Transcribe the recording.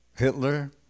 Hitler